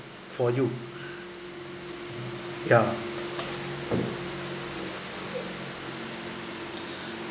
for you ya